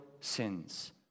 sins